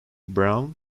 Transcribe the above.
brown